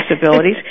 disabilities